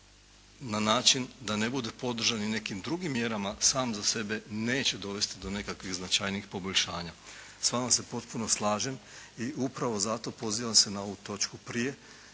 na način da ne bude podržan i nekim drugim mjerama sam za sebe neće dovesti do nekakvih značajnijih poboljšanja. S vama se potpuno slažem i upravo zato pozivam se na ovu točku prije,